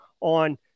on